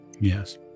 Yes